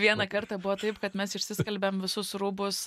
vieną kartą buvo taip kad mes išsiskalbėm visus rūbus